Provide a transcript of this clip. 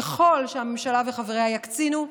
ככל שהממשלה וחבריה יקצינו,